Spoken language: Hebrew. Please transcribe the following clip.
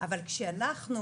אבל כשאנחנו